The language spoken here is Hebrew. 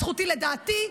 זכותי לדעתי,